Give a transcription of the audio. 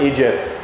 Egypt